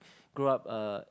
grow up uh